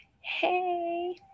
Hey